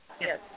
yes